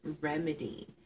remedy